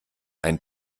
ein